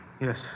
Yes